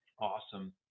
awesome